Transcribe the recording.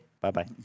Bye-bye